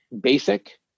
basic